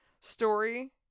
story